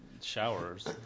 showers